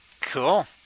Cool